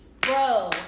Bro